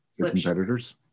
competitors